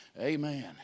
Amen